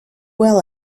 well